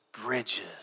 bridges